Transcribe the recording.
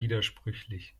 widersprüchlich